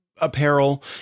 apparel